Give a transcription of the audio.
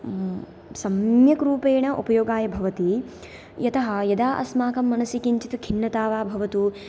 सम्यक् रूपेण उपयोगाय भवति यतः यदा अस्माकं मनसि किञ्चित् खिन्नता वा भवतु